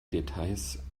details